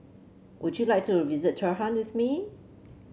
would you like to visit Tehran with me